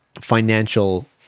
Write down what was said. financial